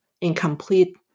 incomplete